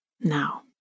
Now